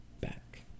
back